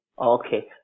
Okay